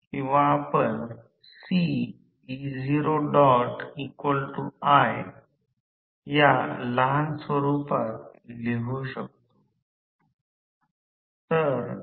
जसे की रोटर प्रेरित emf हा SE2 आहे आणि रोटर रिएक्टन्स SX2 आहे आहे